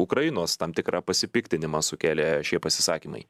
ukrainos tam tikrą pasipiktinimą sukėlė šie pasisakymai